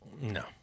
No